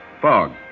Fog